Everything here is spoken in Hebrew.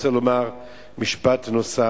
אני רוצה לומר משפט נוסף,